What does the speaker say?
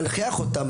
להנכיח אותם,